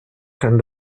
kann